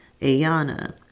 Ayana